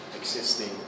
existing